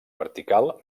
vertical